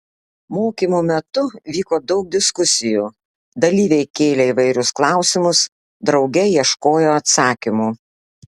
mokymų metu vyko daug diskusijų dalyviai kėlė įvairius klausimus drauge ieškojo atsakymų